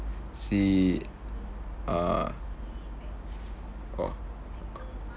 see uh oh